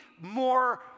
more